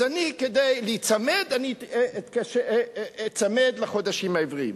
אז אני אצמד לחודשים העבריים.